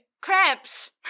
cramps